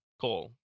call